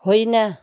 होइन